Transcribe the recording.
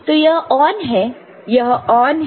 तो यह ऑन है यह ऑन है